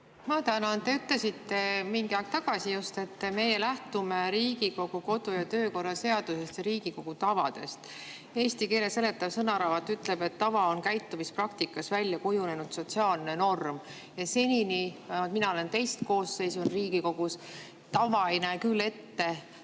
Ma tänan! Te ütlesite mingi aeg tagasi, et me lähtume Riigikogu kodu- ja töökorra seadusest ja Riigikogu tavadest. Eesti keele seletav sõnaraamat ütleb, et tava on käitumispraktikas välja kujunenud sotsiaalne norm. Senini – mina olen teist koosseisu on Riigikogus – ei ole tava